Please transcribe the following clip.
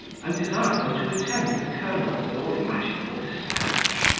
and desire them to attend the colonel with all imaginable despatch.